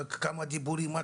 כמה דיבורים מלמעלה,